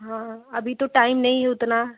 हाँ अभी तो टाइम नहीं है उतना